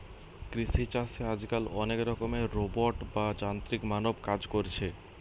কৃষি চাষে আজকাল অনেক রকমের রোবট বা যান্ত্রিক মানব কাজ কোরছে